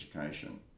education